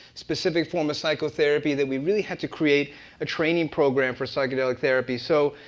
specific form of psychotherapy that we really had to create a training program for psychedelic therapy. so,